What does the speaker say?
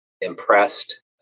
impressed